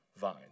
vine